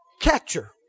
catcher